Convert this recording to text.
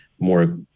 more